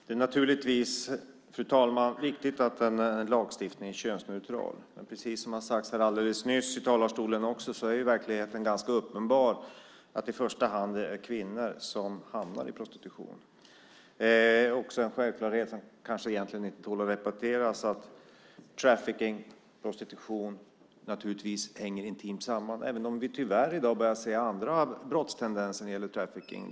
Fru talman! Det är naturligtvis viktigt att en lagstiftning är könsneutral. Precis som nyss sades i talarstolen är det i verkligheten ganska uppenbart att det i första hand är kvinnor som hamnar i prostitution. En självklarhet som egentligen kanske inte behöver upprepas är att trafficking och prostitution hänger intimt samman. Nu börjar vi emellertid - tyvärr - se även andra brottstendenser när det gäller trafficking.